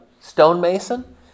stonemason